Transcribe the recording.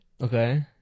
Okay